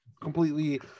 completely